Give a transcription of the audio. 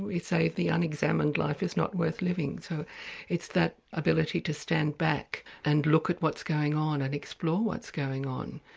we say the unexamined life is not worth living, living, so it's that ability to stand back and look at what's going on and explore what's going on.